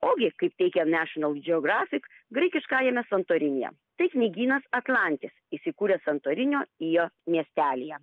ogi kaip teikia national geographic graikiškajame santorinyje tai knygynas atlantis įsikūręs santorinio jo miestelyje